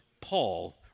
Paul